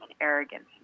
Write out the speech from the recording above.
arrogance